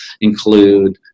include